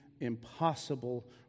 impossible